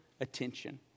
attention